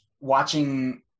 watching